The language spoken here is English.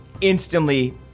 instantly